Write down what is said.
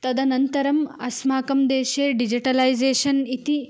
तदनन्तरम् अस्माकं देशे डिजिटलैज़ेशन् इति